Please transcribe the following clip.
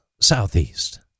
southeast